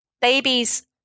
babies